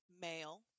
male